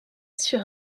sur